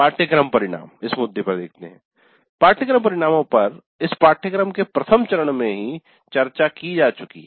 पाठ्यक्रम परिणाम पाठ्यक्रम परिणामों पर इस पाठ्यक्रम के प्रथम चरण में ही चर्चा की जा चुकी है